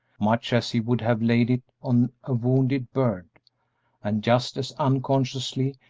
much as he would have laid it on a wounded bird and just as unconsciously,